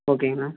ஓகேங்க அண்ணா